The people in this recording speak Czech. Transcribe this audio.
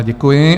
Děkuji.